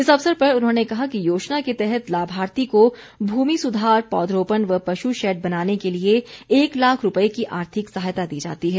इस अवसर पर उन्होंने कहा कि योजना के तहत लाभार्थी को भूमि सुधार पौधरोपण व पशु शैड बनाने के लिए एक लाख रूपये की आर्थिक सहायता दी जाती है